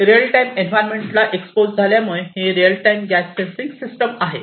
real time environment ला expose झाल्यामुळे ही real time gas sensing system आहे